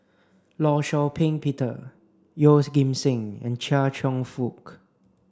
Law Shau Ping Peter Yeoh's Ghim Seng and Chia Cheong Fook